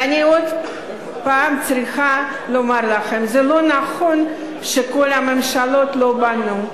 ואני עוד פעם צריכה לומר לכם: זה לא נכון שכל הממשלות לא בנו,